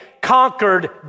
conquered